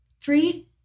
three